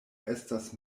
estas